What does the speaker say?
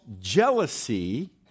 jealousy